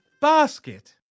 Basket